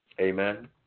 Amen